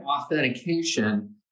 authentication